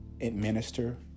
administer